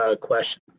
question